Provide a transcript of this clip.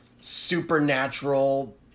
supernatural